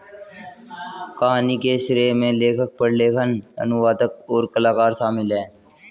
कहानी के श्रेय में लेखक, प्रलेखन, अनुवादक, और कलाकार शामिल हैं